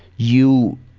you